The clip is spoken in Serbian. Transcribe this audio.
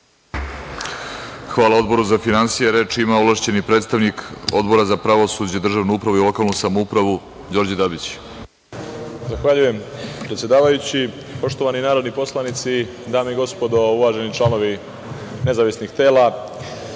Hvala Odboru za finansije. Reč ima ovlašćeni predstavnik Odbora za pravosuđe, državnu upravu i lokalnu samoupravu Đorđe Dabić. **Đorđe Dabić** Zahvaljujem, predsedavajući. Poštovani narodni poslanici, dame i gospodo, uvaženi članovi nezavisnih tela,